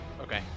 Okay